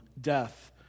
death